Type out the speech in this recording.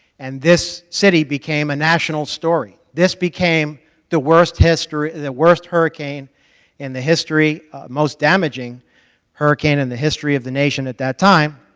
and this city became a national story. this became the worst history the worst hurricane in the history most damaging hurricane in the history of the nation at that time,